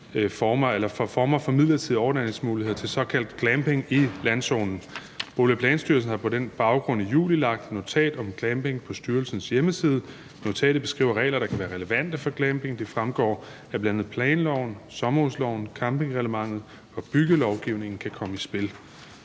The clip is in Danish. former for midlertidige overnatningsmuligheder til såkaldt glamping i landzonen. Bolig- og Planstyrelsen har på den baggrund i juli lagt et notat om glamping på styrelsens hjemmeside. Notatet beskriver regler, der kan være relevante for glamping. Det fremgår, at bl.a. planloven, sommerhusloven, campingreglementet og byggelovgivningen kan komme i spil.